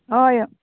हय